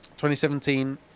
2017